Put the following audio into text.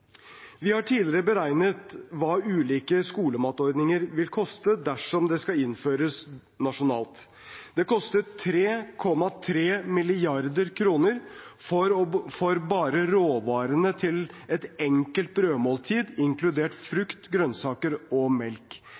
Vi har tidligere beregnet hva ulike skolematordninger vil koste, dersom det skal innføres nasjonalt. Det kostet 3,3 mrd. kr for bare råvarene til et enkelt brødmåltid, inkludert frukt, grønnsaker og melk.